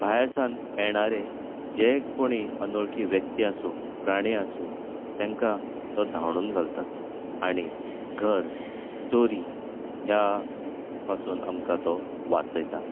भायर सावन येणारे जे कोणी अनवळखी व्यक्ती आसूं प्राणी आसूं तांकां तो धांवडावन घालता आनी घर चोरी ह्या पासून आमकां तो वाचयता